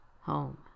home